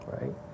right